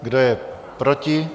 Kdo je proti?